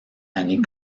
année